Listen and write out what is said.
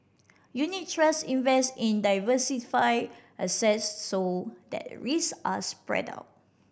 unit trusts invest in diversified assets so that risk are spread out